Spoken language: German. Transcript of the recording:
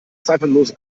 zweifellos